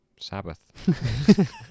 Sabbath